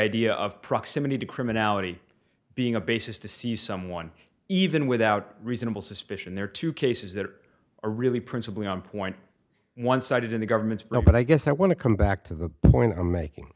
idea of proximity to criminality being a basis to see someone even without reasonable suspicion there are two cases that are really principally on point one sided in the government but i guess i want to come back to the point i'm making